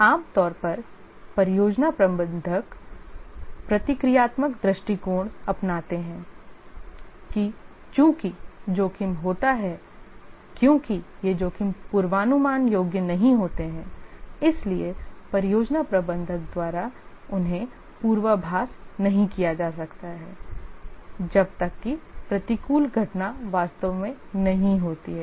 आमतौर पर परियोजना प्रबंधक प्रतिक्रियात्मक दृष्टिकोण अपनाते हैं कि चूंकि जोखिम होता है क्योंकि ये जोखिम पूर्वानुमान योग्य नहीं होते हैं इसलिए परियोजना प्रबंधक द्वारा उन्हें पूर्वाभास नहीं किया जा सकता है जब तक कि unfavorable event वास्तव में नहीं होती है